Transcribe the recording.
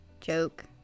Joke